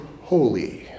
holy